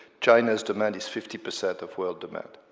china's demand is fifty percent of world demand.